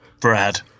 brad